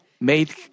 made